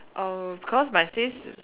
oh cause my sis